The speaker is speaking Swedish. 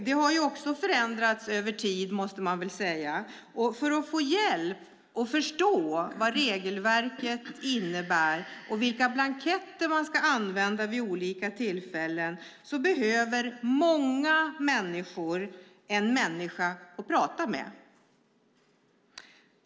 Den har också förändrats över tid. För att få hjälp att förstå vad regelverket innebär och vilka blanketter man ska använda vid olika tillfällen behöver många människor en människa att prata med.